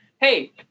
hey